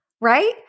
right